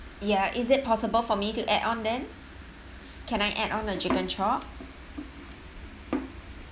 ya is it possible for me to add on then can I add on a chicken chop